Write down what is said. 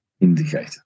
indicator